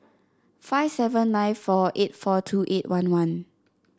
five seven nine four eight four two eight one one